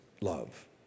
love